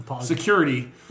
security